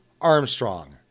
Armstrong